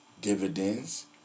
dividends